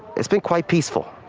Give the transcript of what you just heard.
it's been quite peaceful.